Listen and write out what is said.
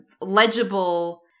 legible